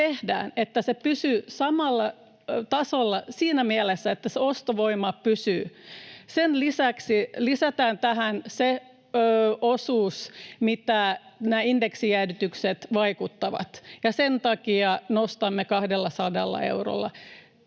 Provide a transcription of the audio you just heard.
että se pysyy samalla tasolla siinä mielessä, että se ostovoima pysyy. Sen lisäksi lisätään tähän se osuus, mitä nämä indeksijäädytykset vaikuttavat, ja sen takia nostamme 200 eurolla.